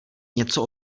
něco